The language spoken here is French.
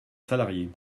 salarié